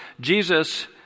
Jesus